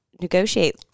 negotiate